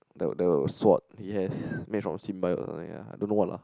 the the sword he has made from symbio or something like I don't know what lah